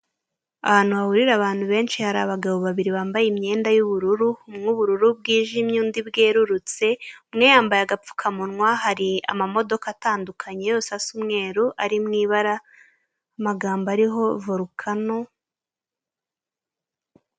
Ahantu hahurira abantu benshi hari abagabo babiri bambaye imyenda y'ubururu, umwe ubururu bwijimye undi bwerurutse, umwe yambaye agapfukamunwa hari amamodoka atandukanye yose asa umweru ari mu ibara, amagambo ariho volukano.